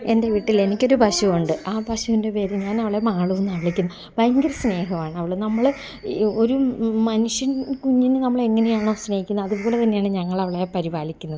എൻ്റെ വീട്ടിൽ എനിക്കൊരു പശു ഉണ്ട് ആ പശുവിൻ്റെ പേര് ഞാൻ അവളെ മാളൂന്നാണ് വിളിക്കുന്നത് ഭയങ്കര സ്നേഹമാണ് അവള് നമ്മള് ഈ ഒരു മനുഷ്യൻ കുഞ്ഞിനെ നമ്മള് എങ്ങനെയാണോ സ്നേഹിക്കുന്നത് അതുപോലെ തന്നെ ആണ് ഞങ്ങൾ അവളെ പരിപാലിക്കുന്നത്